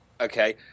Okay